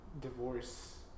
divorce